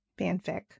fanfic